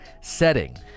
setting